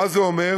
מה זה אומר?